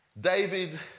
David